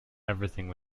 everything